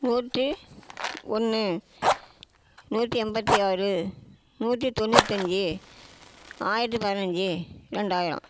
நூற்றி ஒன்று நூற்றி எண்பத்தி ஆறு நூற்றி தொண்ணூத்தஞ்சு ஆயிரத்து பதினைஞ்சி ரெண்டாயிரம்